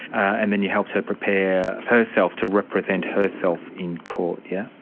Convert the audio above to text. and then you helped her prepare herself to represent herself in court, yeah